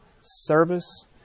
service